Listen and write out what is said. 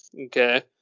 okay